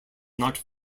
not